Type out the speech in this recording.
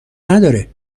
نداره